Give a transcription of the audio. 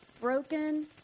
Broken